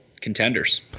contenders